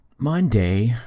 Monday